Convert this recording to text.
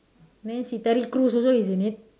there see terry crews is also is in it